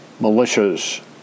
militias